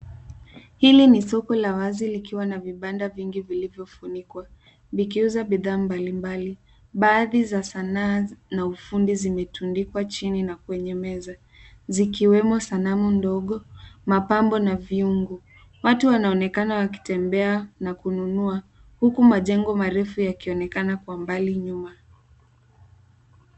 Hili ni soko la wazi likiwa na vibanda vingi vilivyofuikwa vikiuza bidhaa mbalimbali. Baadhi za saa na ufundi zimetundikwa chini na kwenye meza zikiwemo sanamu ndogo, mapambo na vyungu. Watu wanaonekana wakitemeba na kununua, huku majengo marefu yakionekana kwa mbali nyuma.